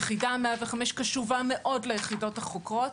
יחידה 105, קשובה מאוד ליחידות החוקרות.